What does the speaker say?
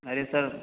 ارے سر